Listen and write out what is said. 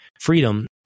freedom